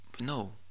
no